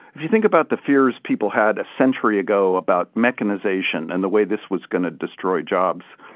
if you think about the fears people had a century ago about mechanization and the way this was going to destroy jobs,